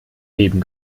leben